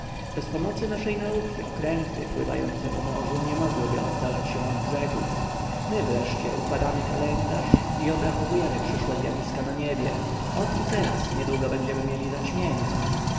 bez pomocy naszej nauki okręty pływające po morzu nie mogłyby oddalać się od brzegów my wreszcie układamy kalendarz i obrachowujemy przyszłe zjawiska na niebie ot i teraz niedługo będziemy mieli zaćmienie